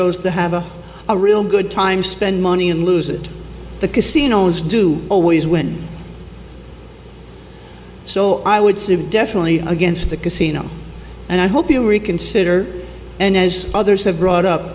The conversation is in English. goes to have a real good time spend money and lose it the casinos do always win so i would sit definitely against the casino and i hope you reconsider and as others have brought up